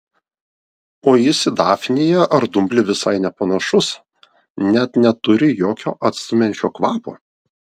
o jis į dafniją ar dumblį visai nepanašus net neturi jokio atstumiančio kvapo